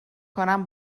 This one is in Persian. کنم